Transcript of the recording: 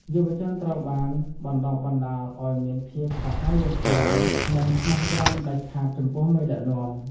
យុវជនត្រូវបានបណ្តុះបណ្តាលឱ្យមានភាពសាហាវយង់ឃ្នង និងស្មោះត្រង់ដាច់ខាតចំពោះមេដឹកនាំ។